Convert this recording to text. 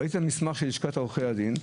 ראיתי את המסמך של לשכת עורכי הדין,